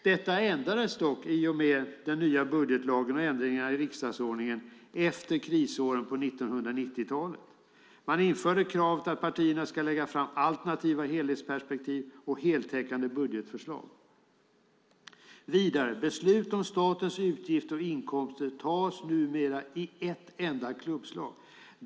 Detta ändrades dock i och med den nya budgetlagen och ändringarna i riksdagsordningen efter krisåren på 1990-talet. Man införde kravet att partierna ska lägga fram alternativa helhetsperspektiv och heltäckande budgetförslag. Vidare ska beslut om statens utgifter och inkomster ska tas i ett klubbslag.